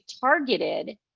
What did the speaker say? targeted